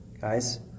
Guys